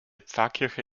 pfarrkirche